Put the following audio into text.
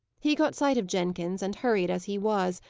he caught sight of jenkins, and, hurried as he was,